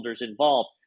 involved